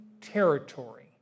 territory